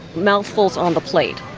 mouthfuls on the plate,